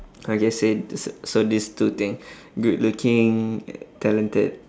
okay say so these two thing good looking talented